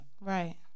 Right